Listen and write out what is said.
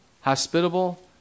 hospitable